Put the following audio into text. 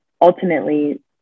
ultimately